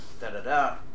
da-da-da